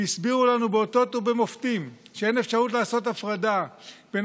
שהסבירו לנו באותות ובמופתים שאין אפשרות לעשות הפרדה בין